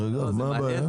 מה הבעיה?